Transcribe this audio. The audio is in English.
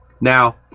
Now